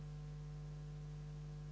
Hvala